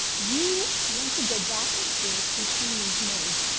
you want to go back and forth between these modes,